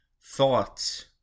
thoughts